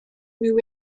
new